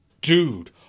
Dude